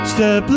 Step